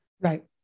Right